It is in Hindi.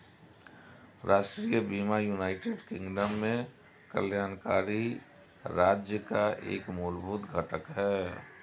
राष्ट्रीय बीमा यूनाइटेड किंगडम में कल्याणकारी राज्य का एक मूलभूत घटक है